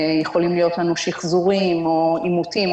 יכולים להיות שחזורים או עימותים,